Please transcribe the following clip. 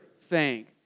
thank